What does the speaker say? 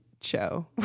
Show